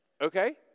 okay